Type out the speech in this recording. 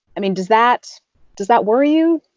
i mean, does that does that worry you?